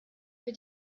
für